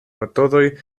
metodoj